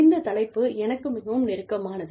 இந்த தலைப்பு எனக்கு மிகவும் நெருக்கமானது